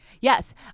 Yes